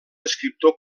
escriptor